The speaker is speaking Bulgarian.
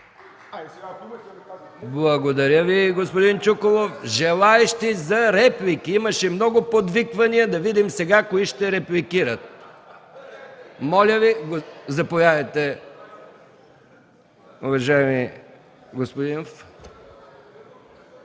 Благодаря Ви, господин Чуколов. Желаещи за реплики? Имаше много подвиквания – да видим сега кои ще репликират. Заповядайте, уважаеми господин